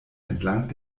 entlang